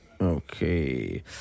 Okay